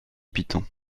python